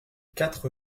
quatre